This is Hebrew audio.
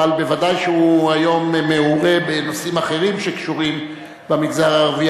אבל בוודאי שהוא היום מעורה בנושאים אחרים שקשורים למגזר הערבי,